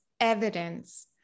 evidence